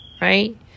right